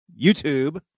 YouTube